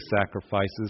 sacrifices